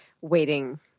waiting